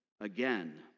again